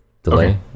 Delay